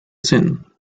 sin